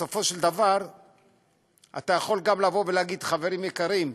בסופו של דבר אתה יכול להגיד: חברים יקרים,